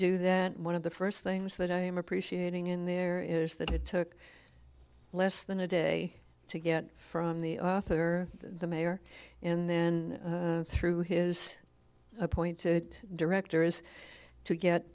do that one of the first things that i am appreciating in there is that it took less than a day to get from the author the mayor in then through his appointed directors to get